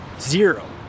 Zero